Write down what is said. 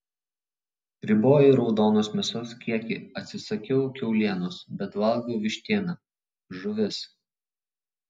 riboju raudonos mėsos kiekį atsisakiau kiaulienos bet valgau vištieną žuvis